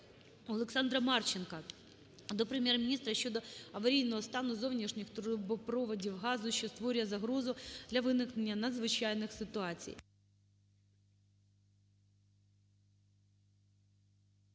Олександра Марченка до Прем'єр-міністра щодо аварійного стану зовнішніх трубопроводів газу, що створює загрозу для виникнення надзвичайних ситуацій.